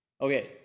Okay